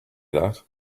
that